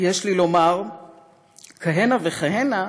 יש לי לומר כהנה וכהנה,